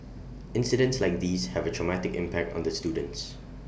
incidents like these have A traumatic impact on the students